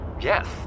Yes